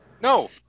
No